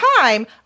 time